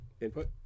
Input